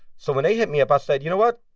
so when they hit me up, i said, you know what?